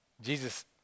Jesus